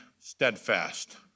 steadfast